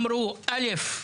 א׳: